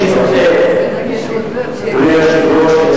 אדוני היושב-ראש,